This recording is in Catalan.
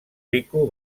rico